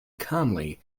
calmly